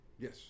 Yes